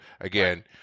again